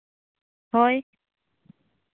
ᱦᱳᱭ